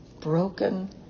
broken